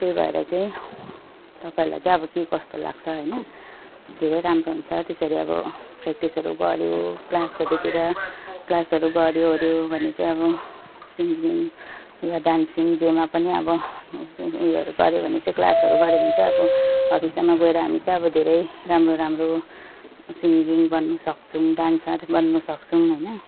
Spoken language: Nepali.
त्यही भएर चाहिँ तपाईँहरूलाई चाहिँ अब के कस्तो लाग्छ होइन धेरै राम्रो हुन्छ त्यसरी अब प्य्राक्टिसहरू गर्यो क्लासहरूतिर क्लासहरू गर्यो ओर्यो भने चाहिँ अब सिङ्गिङ वा डान्सिङ जेमा पनि अब उयोहरू गर्यो भने चाहिँ क्लासहरू गर्यो भने चाहिँ अब भविष्यमा गएर हामी चाहिँ अब धेरै राम्रो राम्रो सिङ्गिङ गर्नु सक्छौँ डान्सर बन्नु सक्छौँ होइन